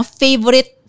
favorite